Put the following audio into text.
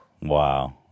Wow